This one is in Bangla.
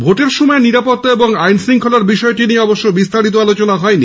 ভোটের সময় নিরাপত্তা ও আইন শঙ্খলার বিষয়টি নিয়ে অবশ্য বিস্তারিত আলোচনা হয়নি